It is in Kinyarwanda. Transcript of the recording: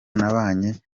nabanye